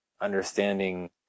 understanding